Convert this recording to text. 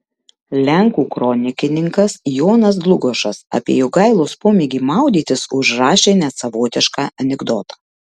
lenkų kronikininkas jonas dlugošas apie jogailos pomėgį maudytis užrašė net savotišką anekdotą